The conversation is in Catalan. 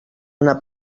una